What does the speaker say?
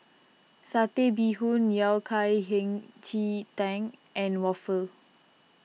Satay Bee Hoon Yao Cai Hei Ji Tang and Waffle